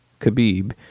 khabib